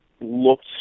looked